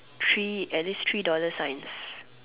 three at least three dollar signs